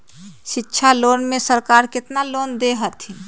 शिक्षा लोन में सरकार केतना लोन दे हथिन?